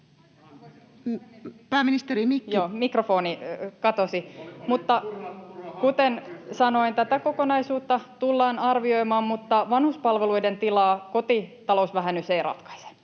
sulkeutuu] — Joo, mikrofoni katosi. — Kuten sanoin, tätä kokonaisuutta tullaan arvioimaan, mutta vanhuspalveluiden tilaa kotitalousvähennys ei ratkaise.